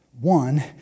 One